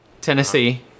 Tennessee